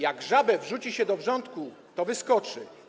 Jak żabę wrzuci się do wrzątku, to wyskoczy.